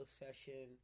session